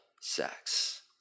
sex